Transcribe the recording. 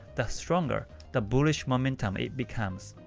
the stronger the bullish momentum it becomes.